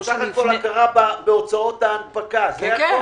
זו בסך הכול הכרה בהוצאות הנפקה, זה הכול.